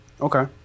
okay